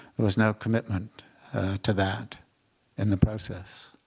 there was no commitment to that in the process.